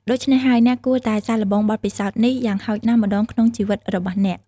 ដូច្នេះហើយ អ្នកគួរតែសាកល្បងបទពិសោធន៍នេះយ៉ាងហោចណាស់ម្តងក្នុងជីវិតរបស់អ្នក។